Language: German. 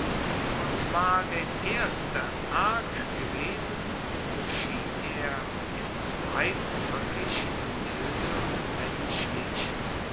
und war der erste arg gewesen so schien er mit dem zweiten verglichen milde und menschlich